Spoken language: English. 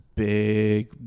big